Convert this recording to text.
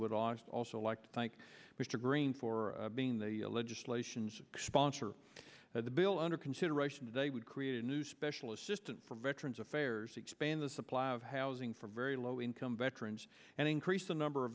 would august also like to thank mr green for being the legislation's sponsor of the bill under consideration today would create a new special assistant for veterans affairs expand the supply of housing for very low income veterans and increase the number of